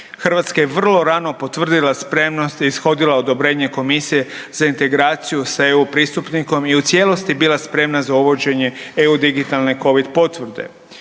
Hrvatska je vrlo rano potvrdila spremnost i ishodila odobrenje Komisije za integraciju sa EU pristupnikom i u cijelosti je bila spremna za uvođenje EU digitalne COVID potvrde.